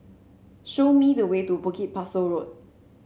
show me the way to Bukit Pasoh Road